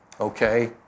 okay